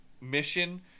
mission